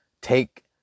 take